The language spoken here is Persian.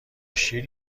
شیر